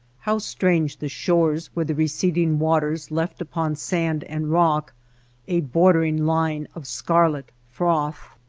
how strange the shores where the receding waters left upon sand and rock a bordering line of scarlet froth!